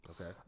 Okay